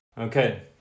Okay